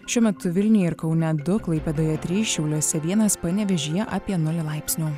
šiuo metu vilniuje ir kaune du klaipėdoje trys šiauliuose vienas panevėžyje apie nulį laipsnių